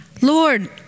Lord